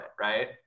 right